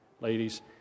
ladies